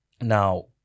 Now